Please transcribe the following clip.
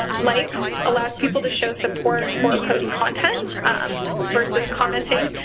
um likes allow people to show support for post content um versus commenting,